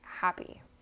happy